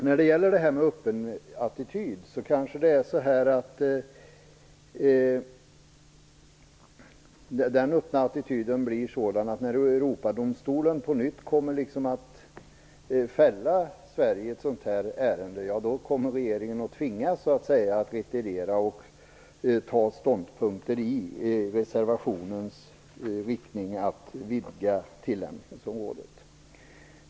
När det gäller att ha en öppen attityd kanske den öppna attityden blir sådan att när Europadomstolen på nytt kommer att fälla Sverige i ett sådant här ärende kommer regeringen att tvingas att retirera och inta ståndpunkter i reservationens riktning att vidga tillämpningsområdet.